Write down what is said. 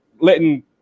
letting